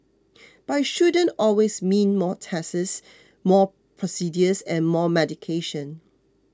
but it shouldn't always mean more tests more procedures and more medication